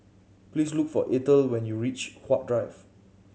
please look for Eathel when you reach Huat Drive